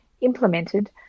implemented